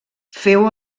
féu